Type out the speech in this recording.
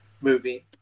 movie